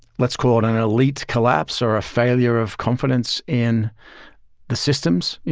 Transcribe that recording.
let's call it and an elite collapse or a failure of confidence in the systems,